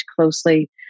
closely